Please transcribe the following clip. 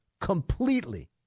Completely